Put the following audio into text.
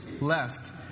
left